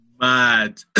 mad